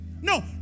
No